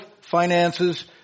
finances